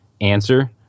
answer